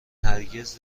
هرگز